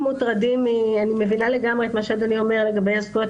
אני מבינה לגמרי את מה שאדוני אומר לגבי הזכויות.